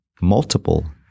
multiple